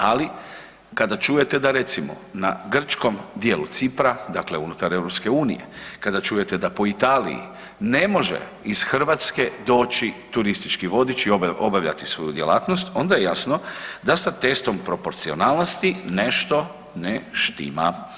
Ali kada čujete da recimo na grčkom djelu Cipra, dakle unutar EU-a, kada čujete po Italiji ne može iz Hrvatske doći turistički vodič i obavljati svoju djelatnost, onda je jasno da sa testom proporcionalnosti nešto ne štima.